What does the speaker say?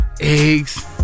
eggs